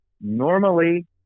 normally